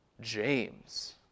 James